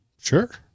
sure